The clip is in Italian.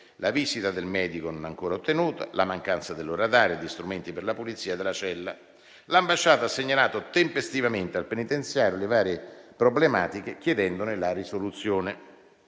la visita del medico non ancora ottenuta, la mancanza dell'ora d'aria e di strumenti per la pulizia della cella. L'ambasciata ha segnalato tempestivamente al penitenziario le varie problematiche, chiedendone la risoluzione.